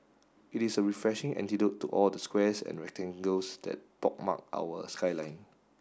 it is a refreshing antidote to all the squares and rectangles that pockmark our skyline